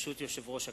ברשות יושב-ראש הכנסת,